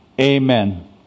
Amen